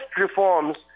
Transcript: reforms